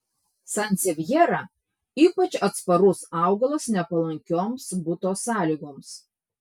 sansevjera ypač atsparus augalas nepalankioms buto sąlygoms